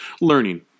learning